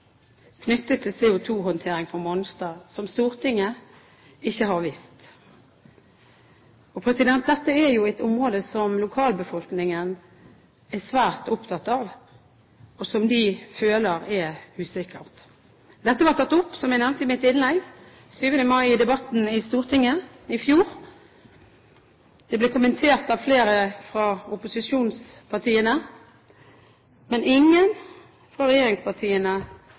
knyttet til CO2-håndtering på Mongstad som Stortinget ikke har visst om. Dette er jo et område som lokalbefolkningen er svært opptatt av, og som den føler er usikkert. Dette ble tatt opp, som jeg nevnte i mitt innlegg, i debatten i Stortinget 7. mai i fjor. Det ble kommentert av flere fra opposisjonspartiene, men ingen fra regjeringspartiene